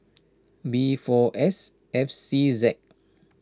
B four S F C Z